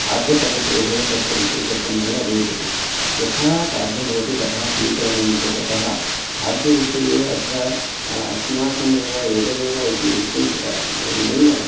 खाद्यपद्धतेः तत्र विशेषत्वं नैव भविष्यति यथा खाद्यं भवति तथा स्वीकरणीयं भवति अतः खाद्यविषये अत्र अस्माकम् एव एतदेव इति चिन्तनं नैव